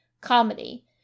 comedy